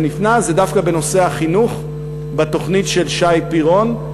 זה דווקא בנושא החינוך בתוכנית של שי פירון.